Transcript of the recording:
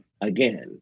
again